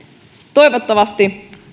toivottavasti